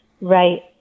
right